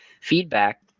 feedback